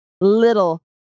little